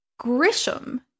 Grisham